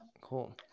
Cool